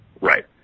Right